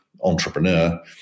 entrepreneur